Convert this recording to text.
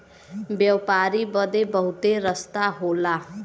व्यापारी बदे बहुते रस्ता होला